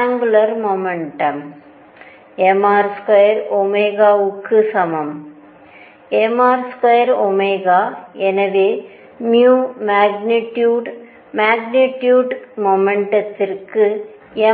angular முமெண்டம்mR2க்கு சமம் mR2 எனவே மேக்னிடியுடுமேக்னெட்டிக் மொமெண்ட்